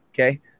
Okay